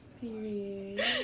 Period